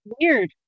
weird